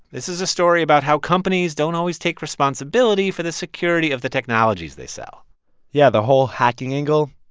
this is a story about how companies don't always take responsibility for the security of the technologies they sell yeah, the whole hacking angle?